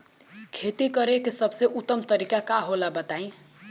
खेती करे के सबसे उत्तम तरीका का होला बताई?